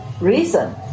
reason